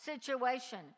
situation